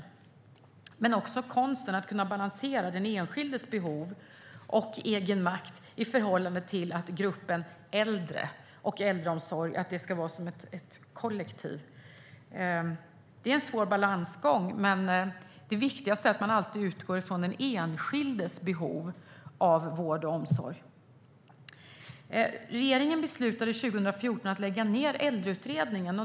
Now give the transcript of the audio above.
Men det handlar också om konsten att balansera den enskildes behov och egenmakt i förhållande till att gruppen äldre och äldreomsorg ska vara som ett kollektiv. Det är en svår balansgång, men det viktigaste är att man alltid utgår från den enskildes behov av vård och omsorg. Regeringen beslutade 2014 att lägga ned Äldreutredningen.